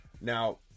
Now